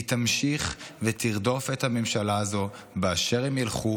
והיא תמשיך ותרדוף את הממשלה הזו באשר הם ילכו,